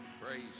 Praise